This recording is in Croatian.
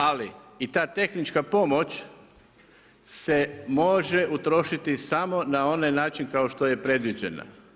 Ali i ta tehnička pomoć se može utrošiti samo na onaj način kao što je predviđeno.